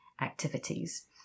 activities